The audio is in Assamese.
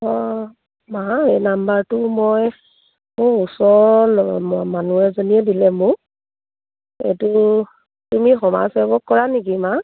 অঁ মা এই নাম্বাৰটো মই মোৰ ওচৰ মানুহ এজনীয়ে দিলে মোক এইটো তুমি সমাজ সেৱক কৰা নেকি মা